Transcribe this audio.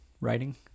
writing